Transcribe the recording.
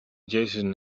jason